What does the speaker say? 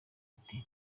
ati